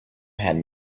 had